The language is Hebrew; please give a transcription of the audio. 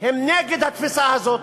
הן נגד התפיסה הזאת.